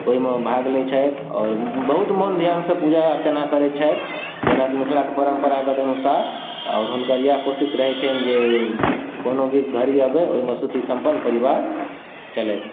ओहिमे भाग लै छथि आओर बहुत मन ध्यानसँ पूजा अर्चना करैत छथि जेनाकि मिथलाके परम्परागत अनुसार आओर हुनकर इएह कोशिश रहैत छनि जे कोनो भी घड़ी अबै ओहिमे सुखी सम्पन्न परिवार चलै